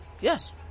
yes